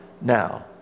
now